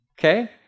okay